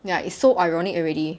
ya it's so ironic already